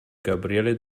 gabriele